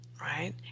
right